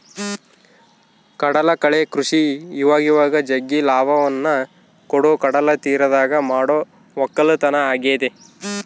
ಕಡಲಕಳೆ ಕೃಷಿ ಇವಇವಾಗ ಜಗ್ಗಿ ಲಾಭವನ್ನ ಕೊಡೊ ಕಡಲತೀರದಗ ಮಾಡೊ ವಕ್ಕಲತನ ಆಗೆತೆ